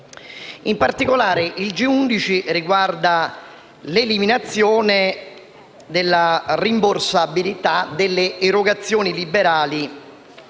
del giorno G11 riguarda l'eliminazione della rimborsabilità delle erogazioni liberali